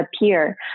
appear